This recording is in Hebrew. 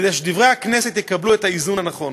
כדי ש"דברי הכנסת" יקבלו את האיזון הנכון.